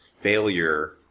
failure